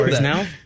now